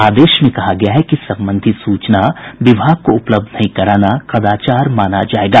आदेश में कहा गया है कि संबंधित सूचना विभाग को उपलब्ध नहीं कराना कदाचार माना जायेगा